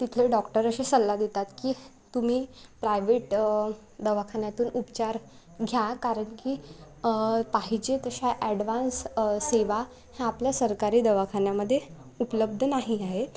तिथले डॉक्टर असे सल्ला देतात की तुम्ही प्रायव्हेट दवाखान्यातून उपचार घ्या कारण की पाहिजे तशा ॲडव्हान्स सेवा ह्या आपल्या सरकारी दवाखान्यामध्ये उपलब्ध नाही आहे